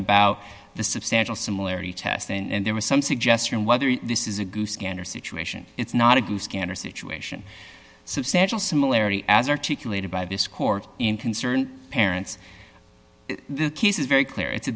about the substantial similarity test and there was some suggestion whether this is a goose gander situation it's not a goose gander situation substantial similarity as articulated by this court in concerned parents the case is very clear it